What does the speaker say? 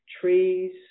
trees